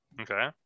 Okay